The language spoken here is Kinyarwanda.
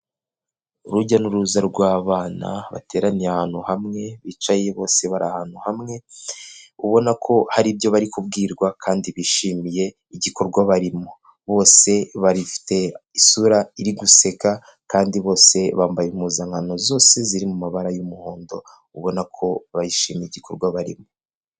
Urujya n'uruza rw'abana bateraniye ahantu hamwe bicaye bose bari ahantu hamwe ubona ko hari ibyo bari kubwirwa kandi bishimiye igikorwa barimo, bose bafite isura iri guseka kandi bose bambaye impuzankano zose ziri mu mabara y'umuhondo ubona ko bishimiye igikorwa barimo.